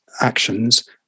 actions